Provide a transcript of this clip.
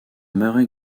murray